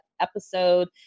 episode